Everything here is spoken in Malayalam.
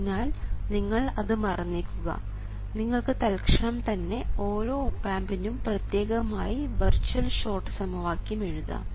അതിനാൽ നിങ്ങൾ അത് മറന്നേക്കു നിങ്ങൾക്ക് തൽക്ഷണം തന്നെ ഓരോ ഓപ് ആമ്പിനും പ്രത്യേകമായി വെർച്വൽ ഷോർട്ട് സമവാക്യം എഴുതാം